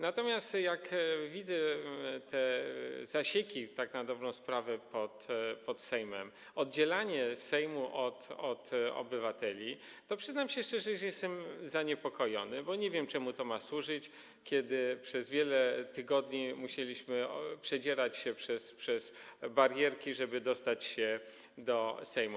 Natomiast jak widzę te zasieki tak na dobrą sprawę pod Sejmem, oddzielanie Sejmu od obywateli, to przyznam się szczerze, że jestem zaniepokojony, bo nie wiem, czemu to miało służyć, kiedy przez wiele tygodni musieliśmy przedzierać się przez barierki, żeby dostać się do Sejmu.